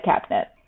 cabinet